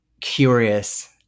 curious